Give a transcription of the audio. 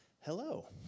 Hello